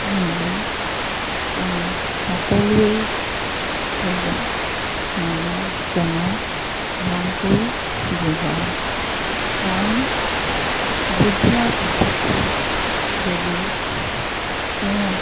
মিলি আমি সকলোৱে সেইজন মানুহজনক ভালকৈ বুজাওঁ কাৰণ বুজোৱা পাছতো যদি তেওঁ